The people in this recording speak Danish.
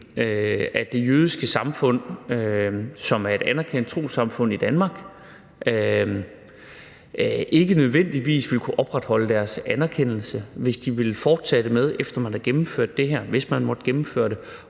at Det Jødiske Samfund, som er et anerkendt trossamfund i Danmark, ikke nødvendigvis vil kunne opretholde deres anerkendelse, hvis de ville fortsætte med, efter man har gennemført det her, hvis man måtte gennemføre det,